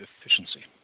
efficiency